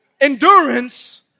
endurance